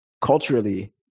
culturally